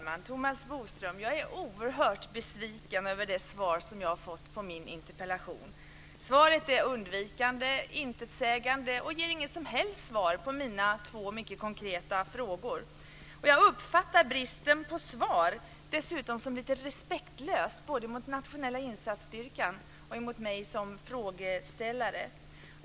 Fru talman! Jag är oerhört besviken över det svar som jag har fått på min interpellation, Thomas Bodström. Svaret är undvikande, intetsägande och ger inget som helst svar på mina två mycket konkreta frågor. Jag uppfattar dessutom bristen på svar som lite respektlös både mot Nationella insatsstyrkan och mot mig som frågeställare.